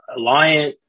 Alliant